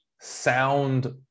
sound